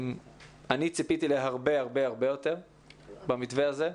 אני ציפיתי להרבה הרבה יותר במתווה הזה,